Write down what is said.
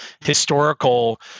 historical